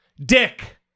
Dick